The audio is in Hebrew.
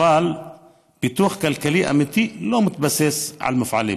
אבל פיתוח כלכלי אמיתי לא מתבסס על מפעלים